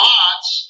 Lot's